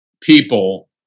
people